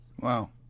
Wow